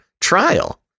trial